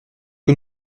que